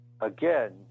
again